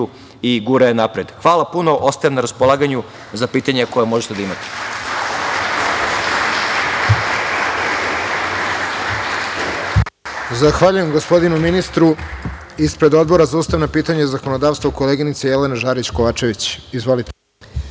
i gura je napred. Hvala puno i ostajem na raspolaganju za pitanja koja možete da imate.